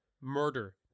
murder